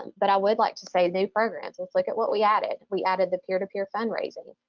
but i would like to say new programs. let's look at what we added. we added the peer-to-peer fundraising.